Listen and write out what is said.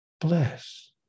bless